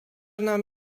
nam